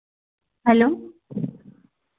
hello